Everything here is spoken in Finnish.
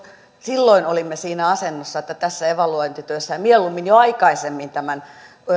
silloin olimme siinä asennossa että tässä evaluointityössä ja mieluummin jo aikaisemmin tämän